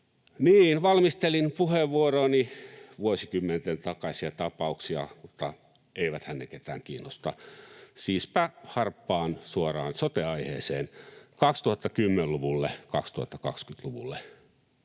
valmistelin puheenvuorooni vuosikymmenten takaisia tapauksia, mutta eiväthän ne ketään kiinnosta. Siispä harppaan suoraan sote-aiheeseen 2010- ja 2020-luvuille: